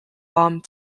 bomb